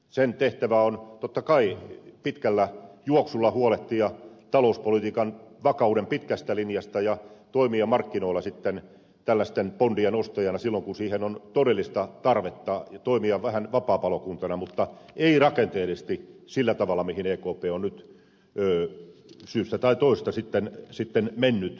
sen tehtävä on totta kai pitkällä juoksulla huolehtia talouspolitiikan vakauden pitkästä linjasta ja toimia markkinoilla sitten tällaisten bondien ostajana silloin kun siihen on todellista tarvetta ja toimia vähän vapaapalokuntana mutta ei rakenteellisesti sillä tavalla mihin ekp on nyt syystä tai toisesta sitten mennyt